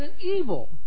evil